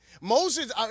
Moses